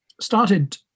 started